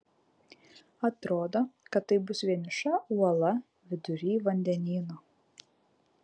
atrodo kad tai bus vieniša uola vidury vandenyno